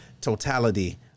totality